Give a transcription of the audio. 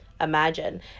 imagine